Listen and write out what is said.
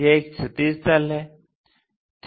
यह एक क्षैतिज तल है